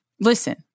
Listen